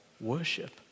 worship